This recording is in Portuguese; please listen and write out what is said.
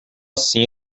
assim